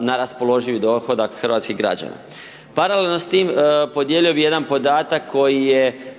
na raspoloživi dohodak hrvatskih građana. Paralelno s tim, podijelio bih jedan podatak koji je